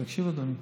תקשיב, אדוני.